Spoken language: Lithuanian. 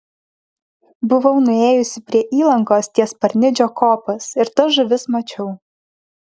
buvau nuėjusi prie įlankos ties parnidžio kopos ir tas žuvis mačiau